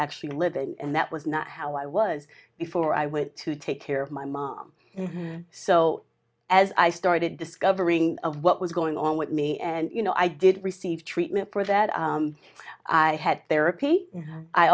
actually living and that was not how i was before i went to take care of my mom so as i started discovering what was going on with me and you know i did receive treatment for that i had